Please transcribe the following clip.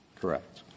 Correct